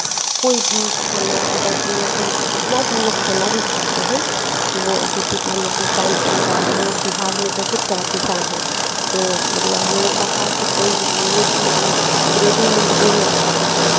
कोई भी खाना अगर हम लोग भी जितना कि हम लोग खाना भी खाते हैं तो वो जैसे कि हम लोग की किसान परिवार में हम लोग बिहार में बहुत सारा किसान है तो मतलब हम लोग बाहर से कोई मीट मतलब रेडीमिंट नहीं आता है